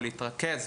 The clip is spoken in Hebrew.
להתרכז,